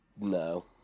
No